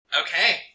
Okay